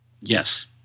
Yes